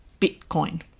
Bitcoin